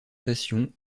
stations